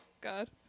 God